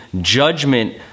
judgment